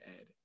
ed